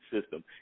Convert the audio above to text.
system